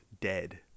Dead